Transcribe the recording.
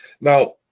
Now